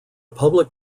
public